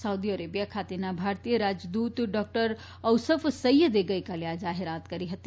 Saudi Arabia ખાતેના ભારતીય રાજદૂત ડોક્ટર ઓસફ સૈયદે ગઇકાલે આ જાહેરાત કરી હતી